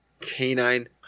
canine